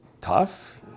tough